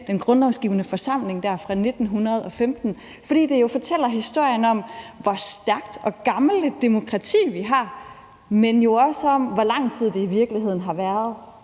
den grundlovsgivende forsamling i 1848 , fordi det jo fortæller historien om, hvor stærkt og gammelt et demokrati vi har, men jo også om, hvor lang tid vi i virkeligheden har været